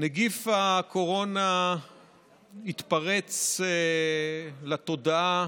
נגיף הקורונה התפרץ לתודעה,